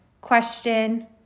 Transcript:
Question